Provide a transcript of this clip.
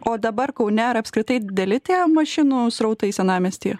o dabar kaune ar apskritai dideli tie mašinų srautai senamiestyje